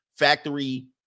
Factory